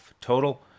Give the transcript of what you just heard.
total